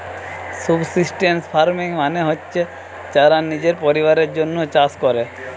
subsistence farming মানে হচ্ছে যারা নিজের পরিবারের জন্যে চাষ কোরে